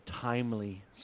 timely